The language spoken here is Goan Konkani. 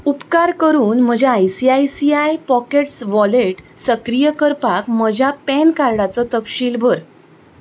उपकार करून म्हजें आयसीआयसीआय पॉकेट्स वॉलेट सक्रीय करपाक म्हज्या पॅन कार्डाचो तपशील भर